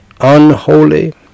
unholy